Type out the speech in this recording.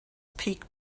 peak